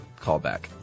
callback